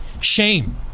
shame